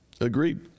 Agreed